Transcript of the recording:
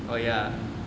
oh ya